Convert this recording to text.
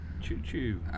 Choo-choo